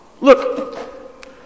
Look